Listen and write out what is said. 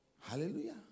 Hallelujah